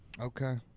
Okay